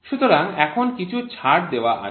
সুতরাং এখন কিছু ছাড় দেওয়া আছে